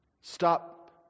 stop